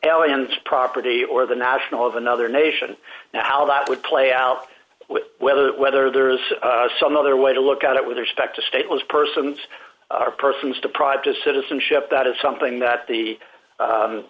alien's property or the national of another nation how that would play out whether whether there is some other way to look at it with respect to stateless persons or persons deprived of citizenship that is something that the